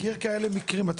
אתה מכיר כאלה מקרים?